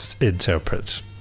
interpret